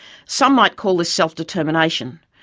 some might call this self-determination,